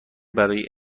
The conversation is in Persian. برای